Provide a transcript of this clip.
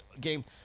game